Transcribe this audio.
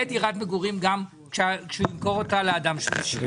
דירת מגורים גם כשהוא ימכור אותה לאדם שלישי.